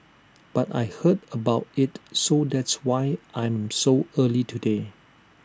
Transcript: but I heard about IT so that's why I'm so early today